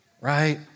right